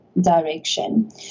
direction